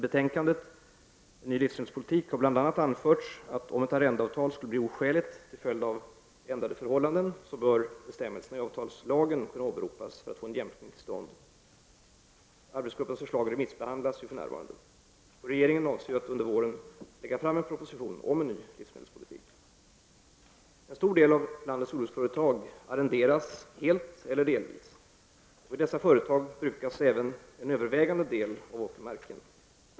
I betänkandet En ny livsmedelspolitik har bl.a. anförts att om ett arrendeavtal skulle bli oskäligt till följd av ändrade förhållanden, bör bestämmelserna i avtalslagen kunna åberopas för att få en jämkning till stånd. Arbetsgruppens förslag remissbehandlas för närvarande. Regeringen avser att under våren lägga fram en proposition om en ny livsmedelspolitik. En stor del av landets jordbruksföretag arrenderas helt eller delvis, och vid dessa företag brukas även en övervägande del av åkermarken.